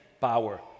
power